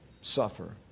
suffer